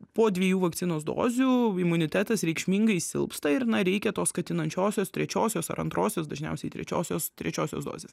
po dviejų vakcinos dozių imunitetas reikšmingai silpsta ir na reikia tos skatinančiosios trečiosios ar antrosios dažniausiai trečiosios trečiosios dozės